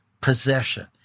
possession